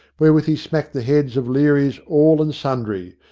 wherewith he smacked the heads of learys all and sundry,